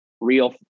real